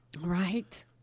Right